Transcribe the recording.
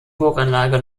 burganlage